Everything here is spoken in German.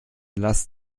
lasst